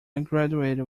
graduated